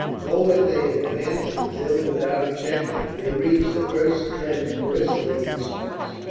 forward they advanced until, without a check, they reached the first trench bristling with spikes.